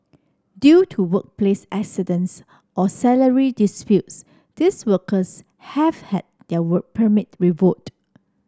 due to workplace accidents or salary disputes these workers have had their Work Permit revoked